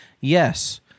Yes